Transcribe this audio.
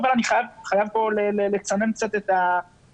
אבל אני חייב פה לצנן קצת את הציפיות,